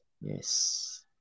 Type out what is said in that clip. Yes